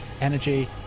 energy